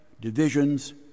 divisions